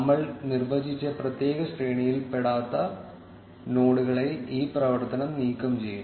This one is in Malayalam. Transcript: നമ്മൾ നിർവ്വചിച്ച പ്രത്യേക ശ്രേണിയിൽ പെടാത്ത നോഡുകളെ ഈ പ്രവർത്തനം നീക്കം ചെയ്യും